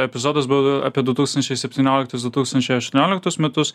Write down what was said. epizodas buvo apie du tūkstančiai septynioliktus du tūkstančiai aštuonioliktus metus